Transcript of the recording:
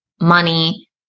money